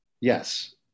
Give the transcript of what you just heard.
Yes